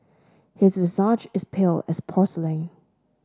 his visage is pale as porcelain